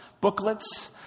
booklets